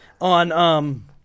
on